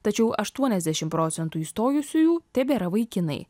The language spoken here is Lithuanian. tačiau aštuoniasdešim procentų įstojusiųjų tebėra vaikinai